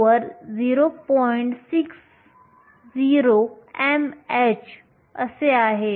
60mh आहे